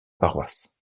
paroisse